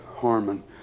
Harmon